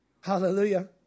Hallelujah